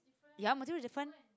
ya material is different